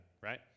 right